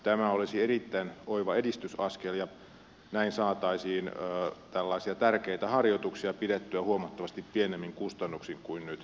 tämä olisi erittäin oiva edistysaskel ja näin saataisiin tärkeitä harjoituksia pidettyä huomattavasti pienemmin kustannuksin kuin nyt